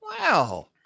Wow